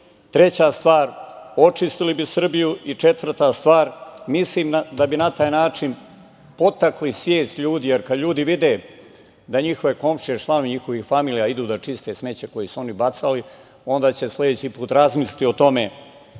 Treća stvar, očistili bi Srbiju. Četvrta stvar, milim da bi na taj način podstakli svest ljudi, jer kada ljudi vide da njihove komšije i članovi njihovih familija idu da čiste smeće koje su oni bacali, onda će sledeći put razmisliti o tome